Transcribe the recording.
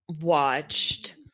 watched